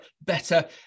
better